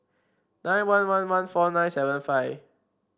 nine one one one four nine seven five